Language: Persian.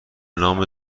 نام